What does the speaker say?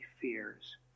fears